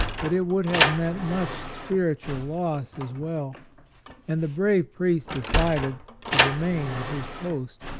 but it would have meant much spiritual loss as well and the brave priest decided to remain at his post.